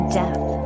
death